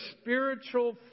spiritual